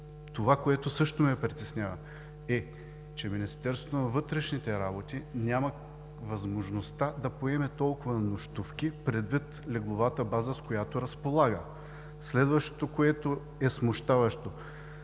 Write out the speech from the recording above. Това, което също ме притеснява, е, че Министерството на вътрешните работи няма възможността да поеме толкова нощувки предвид легловата база, с която разполага. Следващото, което е смущаващо,